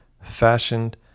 fashioned